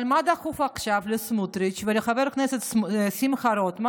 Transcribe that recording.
אבל מה דחוף עכשיו לסמוטריץ' ולחבר הכנסת שמחה רוטמן